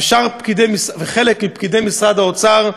וחלק מפקידי משרד האוצר,